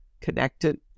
connected